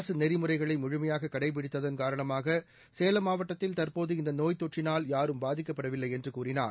அரசு நெறிமுறைகளை முழுமையாக கடைபிடித்தன் காரணமாக சேலம் மாவட்டத்தில் தற்போது இந்த நோய் தொற்றினால் யாரும் பாதிக்கப்படவில்லை என்று கூறினார்